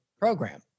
program